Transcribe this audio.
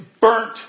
burnt